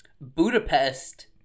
Budapest